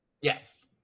Yes